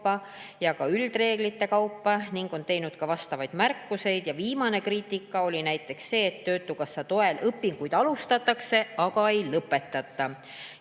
kaupa ja ka üldreeglite kaupa ning on teinud vastavaid märkusi. Viimane kriitika oli näiteks see, et töötukassa toel õpinguid alustatakse, aga ei lõpetata.